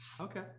Okay